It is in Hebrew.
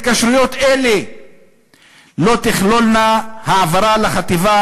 התקשרויות אלה לא תכלולנה העברה לחטיבה